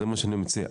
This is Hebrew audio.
זה מה שאני מציע.